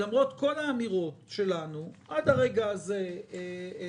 למרות כל האמירות שלנו עד לרגע זה הוא,